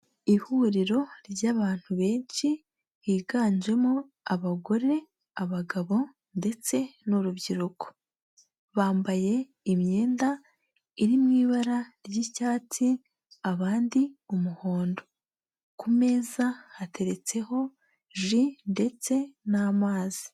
Ihuriro ry'abantu benshi higanjemo abagore, abagabo ndetse n'urubyiruko, bambaye imyenda iri mu ibara ry'icyatsi abandi umuhondo, ku meza hateretseho ji ndetse n'amazi.